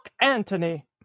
Anthony